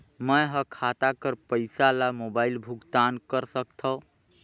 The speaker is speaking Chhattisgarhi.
मैं ह खाता कर पईसा ला मोबाइल भुगतान कर सकथव?